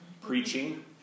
preaching